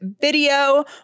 video